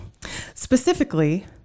Specifically